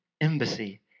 embassy